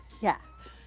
Yes